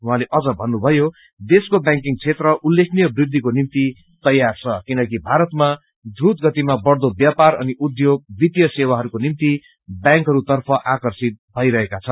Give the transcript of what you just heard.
उाहाँले भन्नुभयो देशको बैंकिङ क्षेत्र उल्लेखनीय वृद्विको निम्ति तैयार छ किनकि भारतमा द्रूत गतिमा बढ़दो व्यापार अनि उध्योग वित्तीय सेवाहरूको निमित बैंकहरूतर्फ आकर्षित भईरहेका छन्